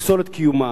לפסול את קיומה,